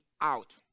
out